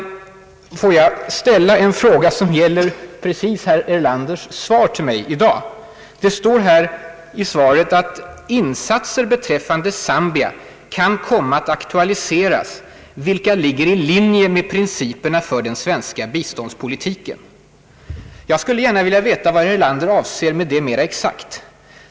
Låt mig ställa en fråga som gäller just herr Erlanders svar till mig i dag. Det står i svaret att »insatser beträffande Zambia komma att aktualiseras, vilka ligger i linje med principerna för den svenska biståndspolitiken». Jag skulle gärna vilja veta vad herr Erlander avser med det.